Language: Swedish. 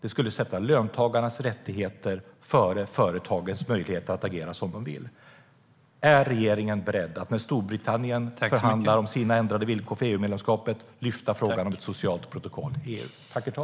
Det skulle sätta löntagarnas rättigheter före företagens att agera som de vill. Är regeringen beredd att, när Storbritannien förhandlar sina villkor för EU-medlemskapet, lyfta frågan om ett socialt protokoll i EU?